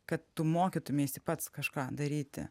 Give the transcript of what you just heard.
kad tu mokytumeisi pats kažką daryti